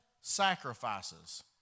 sacrifices